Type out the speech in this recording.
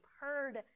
heard